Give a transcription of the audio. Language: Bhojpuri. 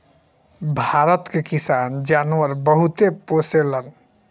भारत के किसान जानवर बहुते पोसेलन